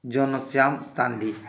Janashyam Tandi